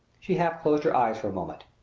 she half closed her eyes for a moment.